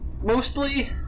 mostly